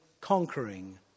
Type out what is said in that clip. conquering